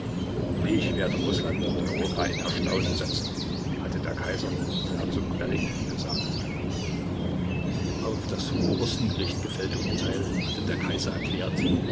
ich werde rußland und europa in erstaunen setzen hatte der kaiser zu herzog wellington gesagt auf das vom obersten gericht gefällte urteil hatte der kaiser erklärt